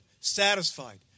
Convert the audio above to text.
satisfied